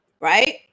right